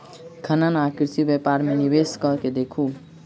खनन आ कृषि व्यापार मे निवेश कय के देखू